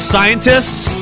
Scientists